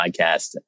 podcast